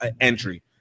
entry